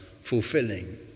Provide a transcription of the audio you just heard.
fulfilling